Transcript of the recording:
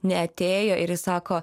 neatėjo ir jis sako